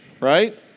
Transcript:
right